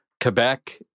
Quebec